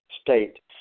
state